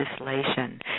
legislation